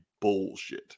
bullshit